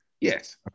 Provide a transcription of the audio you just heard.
yes